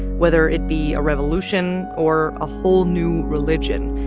whether it be a revolution or a whole new religion.